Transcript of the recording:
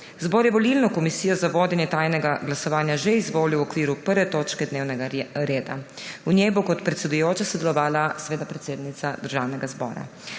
Zbor je volilno komisijo za vodenje tajnega glasovanja že izvolil v okviru 1. točke dnevnega reda. V njej bo kot predsedujoča sodelovala predsednica Državnega zbora.